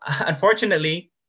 unfortunately